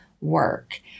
work